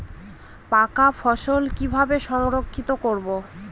পাকা ফসল কিভাবে সংরক্ষিত করব?